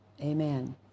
Amen